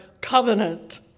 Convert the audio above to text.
covenant